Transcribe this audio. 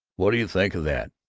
what do you think of that!